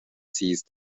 seized